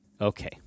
Okay